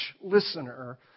listener